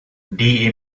die